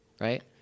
right